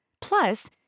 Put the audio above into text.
Plus